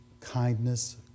kindness